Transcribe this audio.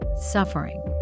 suffering